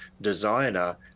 designer